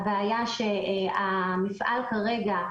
הבעיה שהמפעל כרגע,